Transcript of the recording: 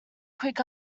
quick